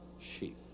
sheep